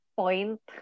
point